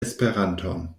esperanton